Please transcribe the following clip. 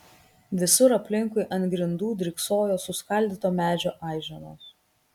visur aplinkui ant grindų dryksojo suskaldyto medžio aiženos